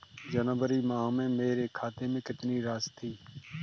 जनवरी माह में मेरे खाते में कितनी राशि थी?